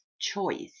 choice